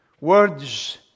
Words